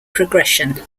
progression